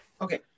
Okay